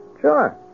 Sure